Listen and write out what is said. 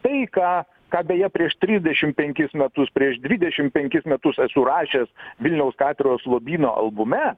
tai ką ką beje prieš trisdešim penkis metus prieš dvidešim penkis metus esu rašęs vilniaus katedros lobyno albume